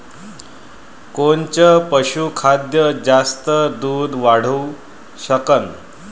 कोनचं पशुखाद्य जास्त दुध वाढवू शकन?